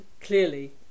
clearly